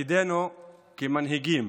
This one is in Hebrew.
תפקידנו כמנהיגים